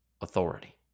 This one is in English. authority